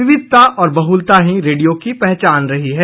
विविधता और बहुलता ही रेडियो की पहचान रही है